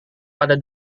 pada